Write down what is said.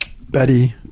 Betty